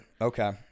Okay